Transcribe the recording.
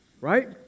Right